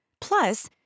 Plus